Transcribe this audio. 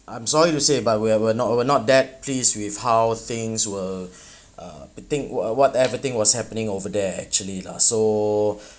I'm sorry to say but we're we're not we're not that pleased with house things were uh everything wha~ what everything was happening over there actually lah so